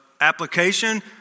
application